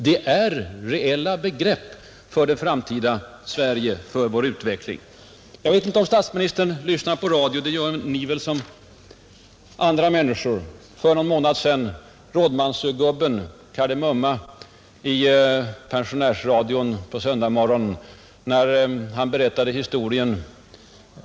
Det är reella begrepp för det framtida Sverige och för vår utveckling. Jag vet inte om statsministern lyssnar på radio. Det gör väl Ni som andra människor. För någon månad sedan en söndagsmorgon berättade Rådmansögubben — Kar de Mumma — i pensionärsradion följande historia.